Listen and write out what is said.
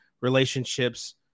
relationships